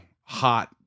hot